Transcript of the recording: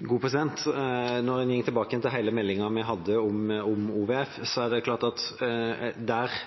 Når en går tilbake til meldingen vi la fram om OVF, er det klart at der